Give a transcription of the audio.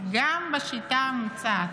גם בשיטה המוצעת.